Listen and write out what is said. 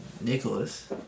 Nicholas